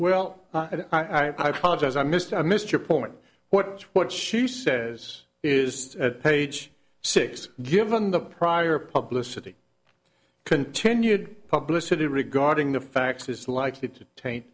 well and i apologize i missed i missed your point what what she says is at page six given the prior published city continued published today regarding the facts is likely to taint